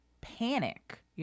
panic